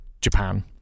Japan